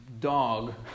dog